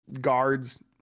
Guards